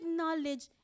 knowledge